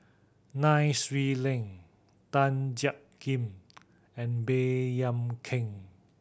Nai Swee Leng Tan Jiak Kim and Baey Yam Keng